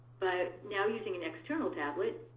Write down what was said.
but now using an external tablet,